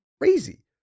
crazy